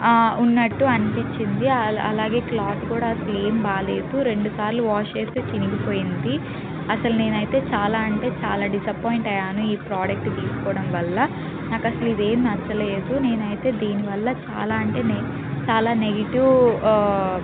ఉన్నట్టు అనిపించింది అలాగే క్లాత్ కూడా అసలు ఏమీ బాగోలేదు రెండుసార్లు వాష్ చేస్తే చినిగి పోయింది అసలు నేను అయితే చాలా అంటే చాలా డిసపాయింట్ అయ్యాను ఈ ప్రోడక్ట్ తీసుకోవడం వల్ల నాకు అసలు ఇదేం నచ్చలేదు నేనైతే దీనివల్ల చాలా అంటే నె చాలా నెగటివ్